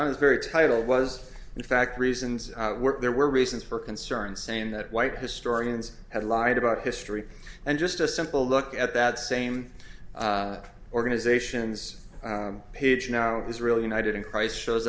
on this very title was in fact reasons there were reasons for concern saying that white historians have lied about history and just a simple look at that same organizations page now is really united in christ shows